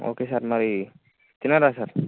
okay sir మరి తిన్నారా sir